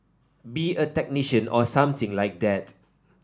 be a technician or something like that